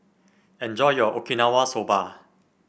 enjoy your Okinawa Soba